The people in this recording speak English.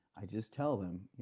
i just tell them,